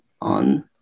on